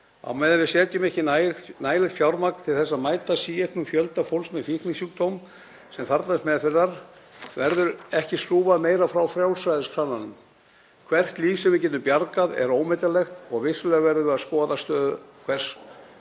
Á meðan við setjum ekki nægilegt fjármagn til að mæta síauknum fjölda fólks með fíknisjúkdóma sem þarfnast meðferðar verður ekki skrúfað meira frá frjálsræðiskrananum. Hvert líf sem við getum bjargað er ómetanlegt og vissulega verðum við að skoða stöðu veikasta